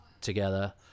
together